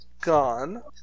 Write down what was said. gone